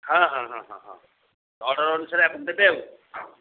ହଁ ହଁ ହଁ ହଁ ଅର୍ଡର ଅନୁସାରେ ଆପଣ ଦେବେ ଆଉ